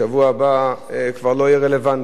בשבוע הבא זה כבר לא יהיה רלוונטי.